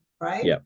right